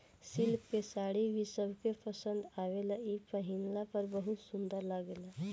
silk के साड़ी भी सबके पसंद आवेला इ पहिनला पर बहुत सुंदर लागेला